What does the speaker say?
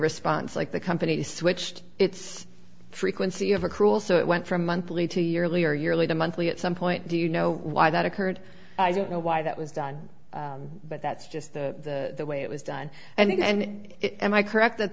response like the company has switched its frequency of accrual so it went from monthly to yearly or yearly the monthly at some point do you know why that occurred i don't know why that was done but that's just the way it was done and it am i correct that